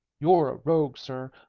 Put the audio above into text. you're a rogue, sir,